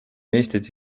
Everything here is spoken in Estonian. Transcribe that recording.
eestit